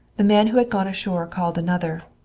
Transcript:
the man who had gone ashore called another.